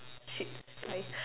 shit I